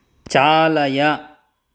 चालय